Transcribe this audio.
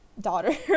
daughter